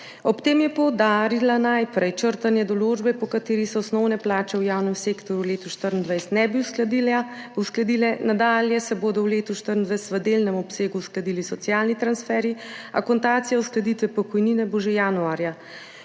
Ob tem je najprej poudarila črtanje določbe, po kateri se osnovne plače v javnem sektorju v letu 2024 ne bi uskladile, nadalje se bodo v letu 2024 v delnem obsegu uskladili socialni transferji, akontacija uskladitve pokojnine bo že januarja.